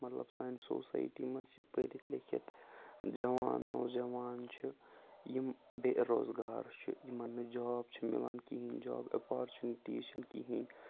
مطلب سانہِ سوسایٹی منٛز چھِ پٔرِتھ لیکھِتھ جَوان نَوجَوان چھِ یِم بے روزگار چھِ یِمَن نہٕ جاب چھِ مِلان کِہیٖنۍ جاب اَپارچُنِٹیٖز چھِنہٕ کِہیٖنۍ